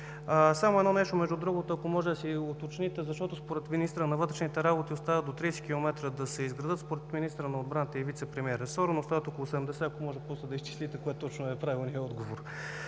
Само едно нещо, ако може да си уточните, защото според министъра на вътрешните работи остават до 30 км да се изградят, според министъра на отбраната и вицепремиер остават около 80. Ако може да изчислите, кое точно е правилният отговор.